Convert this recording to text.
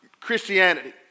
Christianity